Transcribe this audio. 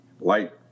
light